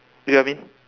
you get what I mean